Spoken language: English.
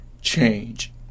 change